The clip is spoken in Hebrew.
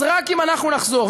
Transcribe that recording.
אז רק אם אנחנו נחזור,